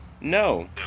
No